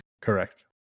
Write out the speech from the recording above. Correct